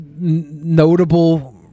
notable